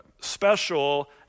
special